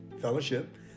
fellowship